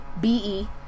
B-E